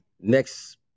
Next